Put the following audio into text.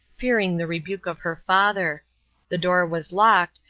fearing the rebuke of her father the door was locked,